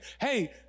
hey